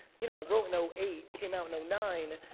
you know i wrote no eight came out no nine,